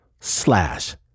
slash